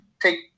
take